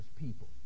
people